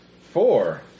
Four